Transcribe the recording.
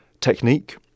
technique